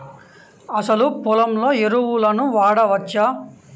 అసలు పొలంలో ఎరువులను వాడవచ్చా?